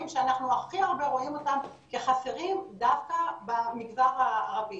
שאנחנו הכי הרבה רואים אותם כחסרים דווקא במגזר הערבי.